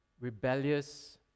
rebellious